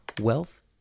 wealth